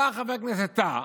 בא חבר הכנסת טאהא,